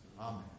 Amen